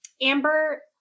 Amber